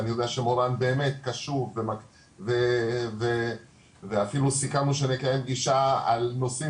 אני יודע שמורן באמת קשוב ואפילו סיכמנו שנקיים פגישה על נושאים